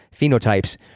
phenotypes